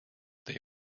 they